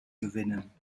gewinnen